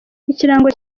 ikirango